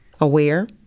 Aware